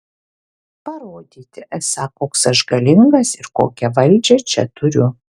parodyti esą koks aš galingas ir kokią valdžią čia turiu